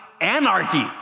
anarchy